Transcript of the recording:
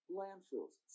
landfills